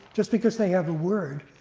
just because they have a word,